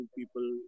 people